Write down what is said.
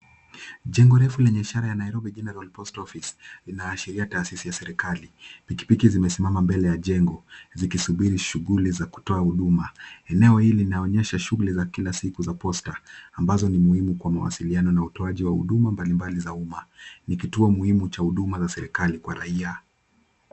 Jengo refu lenye ishara ya Nairobi General post office linaashiria taasisi ya serikali. Pikipiki zimesimama mbele ya jengo zikisubiri shughuli za kutoa huduma. Eneo hili linaonesha shughuli za kila siku za posta ambazo ni muhimu kwa mawasiliano na utoaji wa huduma mbalimbali za umma. Ni kituo muhimu kwa huduma za serikali kwa raia.